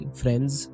friends